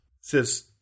says